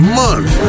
month